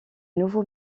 nouveau